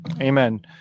Amen